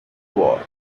war